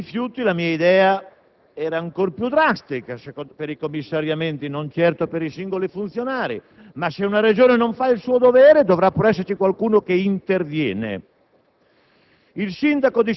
Per i rifiuti la mia idea era ancor più drastica con riferimento ai commissariamenti, non certo per i singoli funzionari, Certo, se una Regione non fa il suo dovere dovrà pur esserci qualcuno che interviene.